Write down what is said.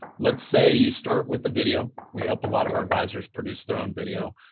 let's say you start with the video, we help a lot of our advisors produce their own video.